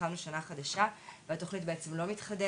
התחלנו שנה חדשה והתוכנית בעצם לא מתחדשת,